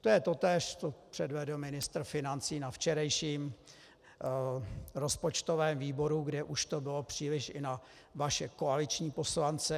To je totéž, co předvedl ministr financí na včerejším rozpočtovém výboru, kdy už to bylo příliš i na vaše koaliční poslance.